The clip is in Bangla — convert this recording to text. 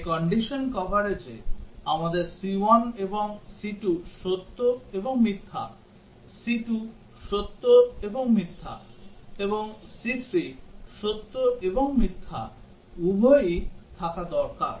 তাই কন্ডিশন কভারেজে আমাদের c1 এবং c2 সত্য এবং মিথ্যা c2 সত্য এবং মিথ্যা এবং c3 সত্য এবং মিথ্যা উভয়ই থাকা দরকার